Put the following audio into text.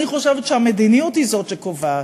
אני חושבת שהמדיניות היא שקובעת,